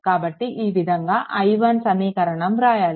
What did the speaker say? కాబట్టి ఈ విధంగా i1 సమీకరణం వ్రాయాలి